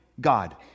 God